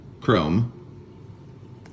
Chrome